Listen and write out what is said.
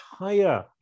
entire